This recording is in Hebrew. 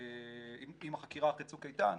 עם החקירה אחרי 'צוק איתן',